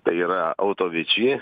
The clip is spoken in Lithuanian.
tai yra autoviči